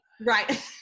Right